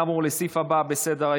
נעבור לסעיף הבא בסדר-היום,